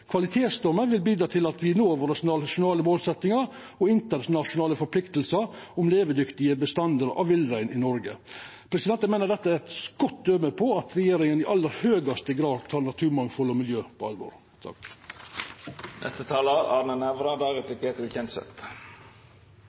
vil bidra til at me når våre nasjonale målsettingar og internasjonale forpliktingar om levedyktige bestandar av villrein i Noreg. Eg meiner dette er eit godt døme på at regjeringa i aller høgaste grad tek naturmangfald og miljø på alvor.